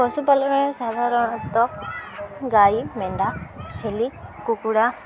ପଶୁପାଳନ ସାଧାରଣତଃ ଗାଈ ମେଣ୍ଢା ଛେଳି କୁକୁଡ଼ା